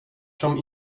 som